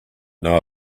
know